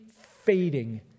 fading